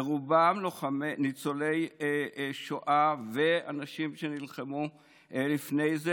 ורובם ניצולי שואה ואנשים שנלחמו לפני זה.